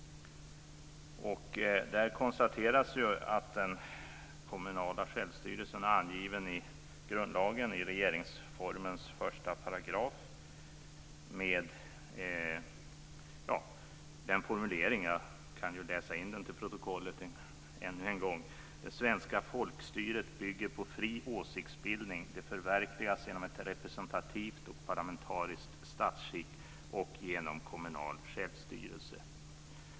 Där talas om den kommunala självstyrelsen som finns angiven i grundlagen, regeringsformen 1 §, med en formulering som jag ju kan läsa in till protokollet ännu en gång: "Den svenska folkstyrelsen bygger på fri åsiktsbildning . Den förverkligas genom ett representativt och parlamentariskt statsskick och genom kommunal självstyrelse."